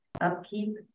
upkeep